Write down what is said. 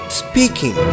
speaking